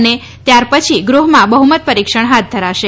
અને ત્યાર પછી ગૃહમાં બહ્મત પરિક્ષણ હાથ ધરાશે